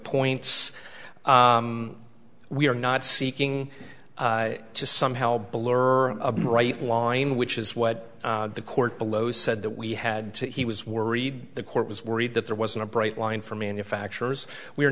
points we are not seeking to somehow below her a bright line which is what the court below said that we had to he was worried the court was worried that there wasn't a bright line for manufacturers we're